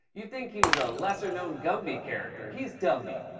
you'd think he was a lesser-known gumby character. he's dumby.